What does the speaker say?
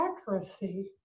accuracy